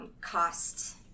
cost